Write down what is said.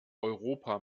europa